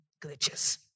glitches